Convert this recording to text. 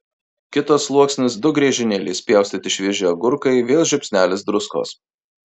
kitas sluoksnis du griežinėliais pjaustyti švieži agurkai vėl žiupsnelis druskos